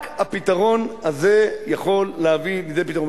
רק הפתרון הזה יכול להביא לידי פתרון.